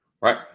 Right